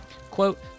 Quote